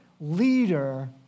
leader